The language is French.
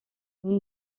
nous